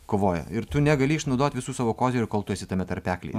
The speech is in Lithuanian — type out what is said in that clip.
kovoja ir tu negali išnaudot visų savo kozirių kol tu esi tame tarpeklyje